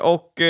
Och